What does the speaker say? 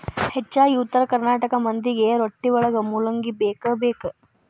ಹೆಚ್ಚಾಗಿ ಉತ್ತರ ಕರ್ನಾಟಕ ಮಂದಿಗೆ ರೊಟ್ಟಿವಳಗ ಮೂಲಂಗಿ ಬೇಕಬೇಕ